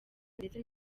ndetse